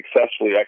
successfully